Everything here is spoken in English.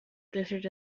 glittered